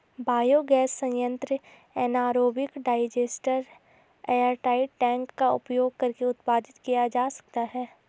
biogas संयंत्र anaerobic digester airtight tank का उपयोग करके उत्पादित किया जा सकता है